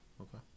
Okay